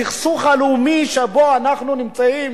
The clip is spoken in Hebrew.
הסכסוך הלאומי שבו אנחנו נמצאים